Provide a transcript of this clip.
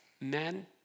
men